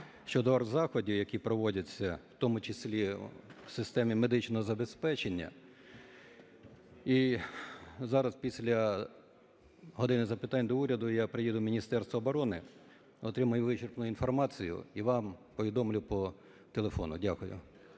щодо оргзаходів, які проводяться, в тому числі в системі медичного забезпечення. І зараз після "години запитань до Уряду" я приїду в Міністерство оборони, отримаю вичерпну інформацію і вам повідомлю по телефону. Дякую.